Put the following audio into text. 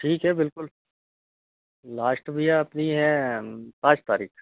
ठीक है बिल्कुल लाश्ट भैया अपनी है पाँच तारीख